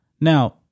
Now